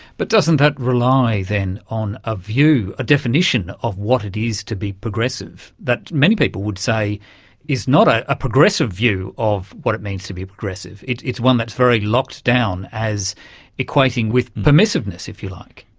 but doesn't that rely, then, on a view, a definition of what it is to be progressive that many people would say is not a ah progressive view of what it means to be progressive. it's one that's very locked down as equating with permissiveness, if you like.